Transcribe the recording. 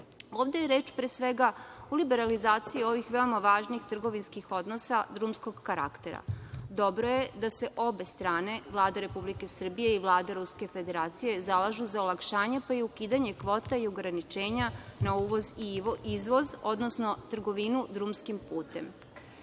je reč pre svega o liberalizaciji ovih veoma važnih trgovinskih odnosa drumskog karaktera. Dobro je da se obe strane Vlade Republike Srbije i Vlade Ruske Federacije zalažu za olakšanje, pa i ukidanje kvote i ograničenja na uvoz i izvoz, odnosno trgovinu drumskim